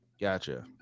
Gotcha